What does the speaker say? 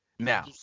Now